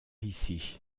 ici